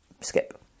Skip